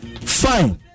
Fine